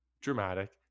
dramatic